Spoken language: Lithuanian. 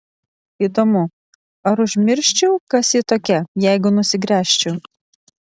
įdomu ar užmirščiau kas ji tokia jeigu nusigręžčiau